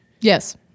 yes